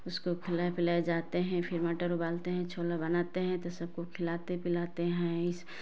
उसको खिलाये पिलाये जाते है फिर मटर उबालते है छोला बनाते हैं तो सब लोग खिलाते पिलाते हैं